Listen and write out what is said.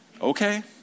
Okay